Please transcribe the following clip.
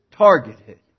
targeted